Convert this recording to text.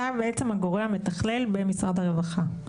אתה בעצם הגורם המתכלל במשרד הרווחה.